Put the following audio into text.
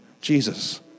Jesus